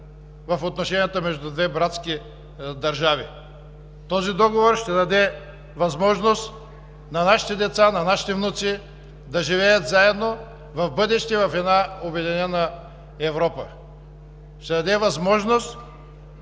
в отношенията между две братски държави. Този договор ще даде възможност на нашите деца, на нашите внуци да живеят заедно в бъдеще в една обединена Европа. Ще даде възможност